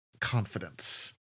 confidence